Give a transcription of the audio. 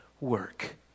work